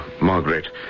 Margaret